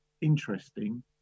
interesting